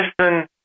listen